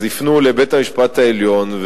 אז יפנו אל בית-המשפט העליון,